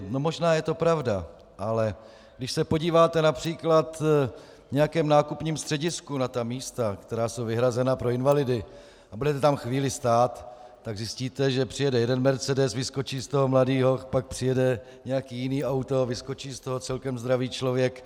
Možná je to pravda, ale když se podíváte například v nějakém nákupním středisku na místa, která jsou vyhrazena pro invalidy, a budete tam chvíli stát, tak zjistíte, že přijede jeden mercedes a vyskočí z toho mladý hoch, pak přijede nějaké jiné auto a vyskočí z toho celkem zdravý člověk.